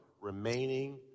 Remaining